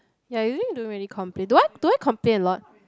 ya usually don't really complain do I do I complain a lot